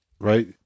right